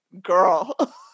girl